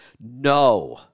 No